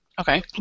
Okay